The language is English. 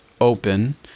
open